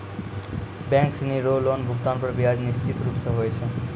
bank सिनी रो loan भुगतान पर ब्याज निश्चित रूप स होय छै